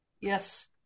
Yes